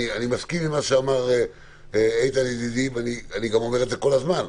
אני מסכים עם מה שאמר איתן ידידי ואני גם אומר את זה כל הזמן.